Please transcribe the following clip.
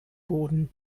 boden